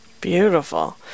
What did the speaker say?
Beautiful